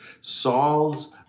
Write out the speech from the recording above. Saul's